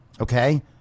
Okay